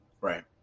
Right